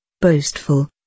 boastful